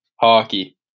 hockey